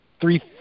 three